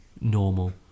normal